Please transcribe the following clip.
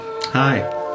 hi